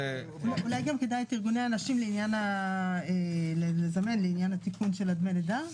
אולי גם כדאי לשמוע את ארגוני הנשים לעניין התיקון של דמי הלידה.